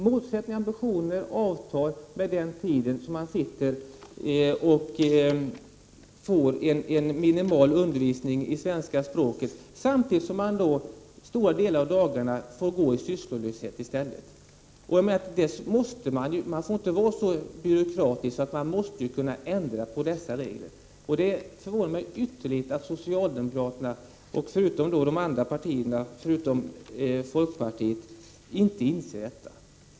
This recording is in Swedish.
Målsättningar och ambitioner avtar medan man sitter och får minimal undervisning i svenska språket, samtidigt som man går sysslolös en stor del av' dagarna. Man får inte vara så byråkratisk! Man måste kunna ändra på dessa regler. Det förvånar mig ytterligt att socialdemokraterna och de andra partierna utom folkpartiet inte inser detta.